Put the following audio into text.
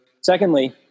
Secondly